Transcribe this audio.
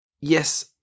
Yes